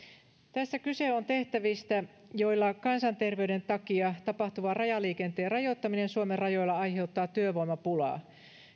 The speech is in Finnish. tässä kyse on tehtävistä joissa kansanterveyden takia tapahtuva rajaliikenteen rajoittaminen suomen rajoilla aiheuttaa työvoimapulaa